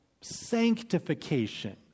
sanctification